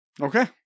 Okay